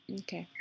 okay